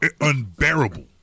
unbearable